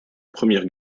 première